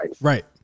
Right